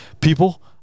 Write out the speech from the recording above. people